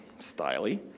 styly